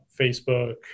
Facebook